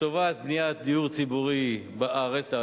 לטובת בניית דיור ציבורי בארץ,